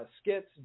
skits